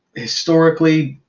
historically,